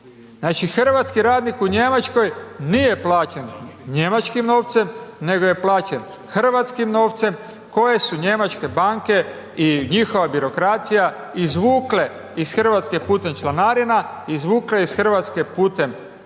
hrvatski radnik u Njemačkoj nije plaćen njemačkim novcem, nego je plaćen hrvatskim novcem koji su njemačke banke i njihova birokracija izvukle iz Hrvatske putem članarina, izvukle iz Hrvatske putem kamata